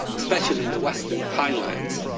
especially in the western highlands,